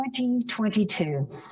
2022